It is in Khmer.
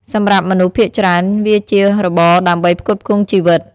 សម្រាប់មនុស្សភាគច្រើន វាជារបរដើម្បីផ្គត់ផ្គង់ជីវិត។